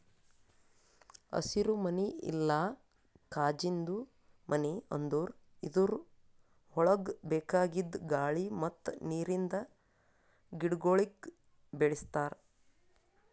ಹಸಿರುಮನಿ ಇಲ್ಲಾ ಕಾಜಿಂದು ಮನಿ ಅಂದುರ್ ಇದುರ್ ಒಳಗ್ ಬೇಕಾಗಿದ್ ಗಾಳಿ ಮತ್ತ್ ನೀರಿಂದ ಗಿಡಗೊಳಿಗ್ ಬೆಳಿಸ್ತಾರ್